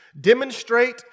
Demonstrate